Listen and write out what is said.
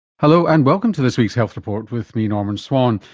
hello and welcome to this week's health report with me, norman swan.